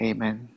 Amen